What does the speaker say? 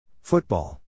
Football